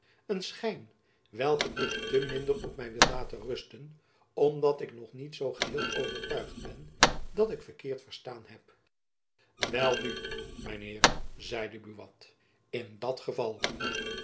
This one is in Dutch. een schijn welken ik te minder op my wil laten rusten omdat ik nog niet zoo geheel overtuigd ben dat ik verkeerd verstaan heb wel nu mijn heer zeide buat in dat geval